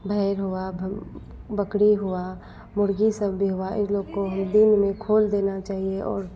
भेड़ हुआ बकरी हुआ मुर्गी सब भी हुआ इ लोग को भी दिन में खोल देना चाहिए और